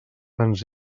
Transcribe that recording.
ens